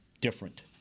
different